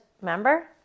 remember